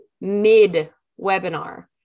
mid-webinar